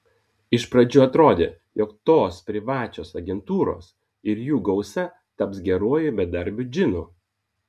iš pradžių atrodė jog tos privačios agentūros ir jų gausa taps geruoju bedarbių džinu